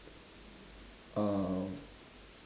um